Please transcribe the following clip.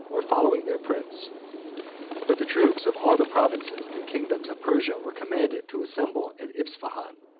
or following their prince but the troops of all the provinces and kingdoms of persia were commanded to assemble at ispahan,